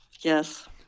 Yes